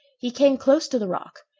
he came close to the rock.